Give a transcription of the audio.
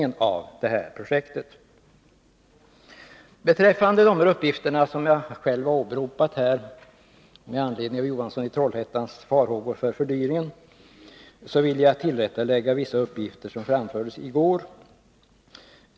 Beträffande de uppgifter som framfördes i går och som jag själv här har åberopat med anledning av Hilding Johanssons farhågor för en fördyring vill jag göra vissa tillrättalägganden.